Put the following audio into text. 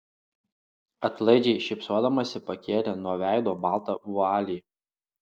atlaidžiai šypsodamasi pakėlė nuo veido baltą vualį